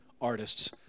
artists